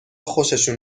خوششون